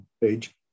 page